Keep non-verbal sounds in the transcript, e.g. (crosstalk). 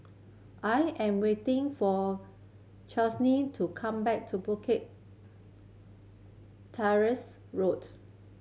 I am waiting for (unintelligible) to come back to Bukit Teresa Road